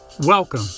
Welcome